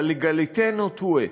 La légalité nous tue,